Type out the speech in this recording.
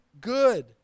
good